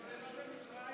וצוללות ממצרים